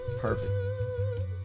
Perfect